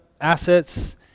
assets